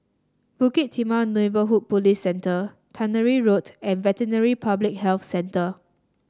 Bukit Timah Neighbourhood Police Centre Tannery Road and Veterinary Public Health Centre